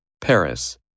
Paris